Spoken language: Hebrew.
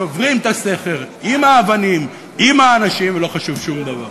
שוברים את הסכר עם האבנים ועם האנשים ולא חשוב שום דבר.